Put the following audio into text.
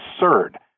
absurd